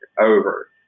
over